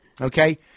okay